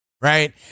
right